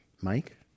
Mike